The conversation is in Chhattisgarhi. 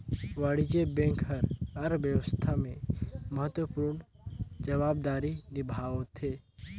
वाणिज्य बेंक हर अर्थबेवस्था में महत्वपूर्न जवाबदारी निभावथें